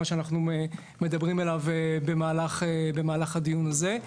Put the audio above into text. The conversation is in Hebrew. מה שאנחנו מדברים עליו במהלך הדיון הזה.